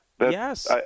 Yes